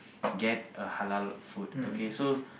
get a halal food okay so